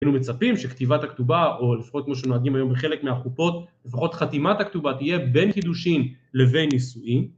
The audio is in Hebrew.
היינו מצפים שכתיבת הכתובה או לפחות כמו שנוהגים היום בחלק מהחופות, לפחות חתימת הכתובה תהיה בין קידושין לבין נישואין